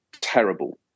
terrible